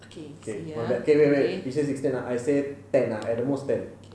okay eh wait wait wait you say sixteen ah I say ten at most ten